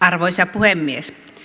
arvoisa puhemies